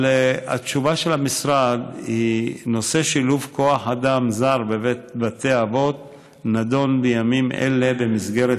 התשובה של המשרד: נושא שילוב כוח אדם זר בבתי אבות נדון בימים אלה במסגרת